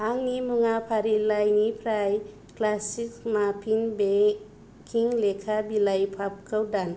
आंनि मुवा फारिलाइनिफ्राय क्लासिक माफिन बेकिं लेखा बिलाइ काप खौ दान